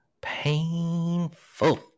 Painful